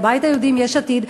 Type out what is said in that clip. הבית היהודי עם יש עתיד,